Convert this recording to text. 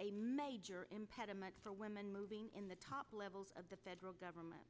a major impediment for women moving in the top levels of the federal government